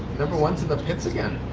number one's in the pits again.